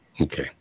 Okay